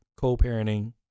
co-parenting